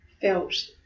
felt